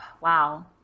Wow